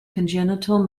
congenital